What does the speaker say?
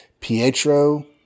Pietro